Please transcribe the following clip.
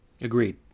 Agreed